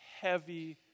heavy